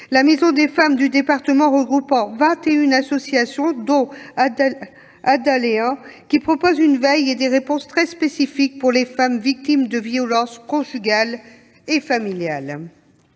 La Maison des Femmes du département regroupe vingt et une associations, dont Adalea, qui propose une veille et des réponses très spécifiques pour les femmes victimes de violences conjugales et familiales.